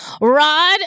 Rod